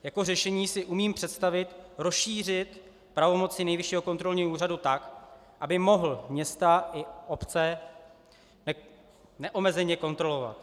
Jako řešení si umím představit rozšířit pravomoci Nejvyššího kontrolního úřadu tak, aby mohl města i obce neomezeně kontrolovat.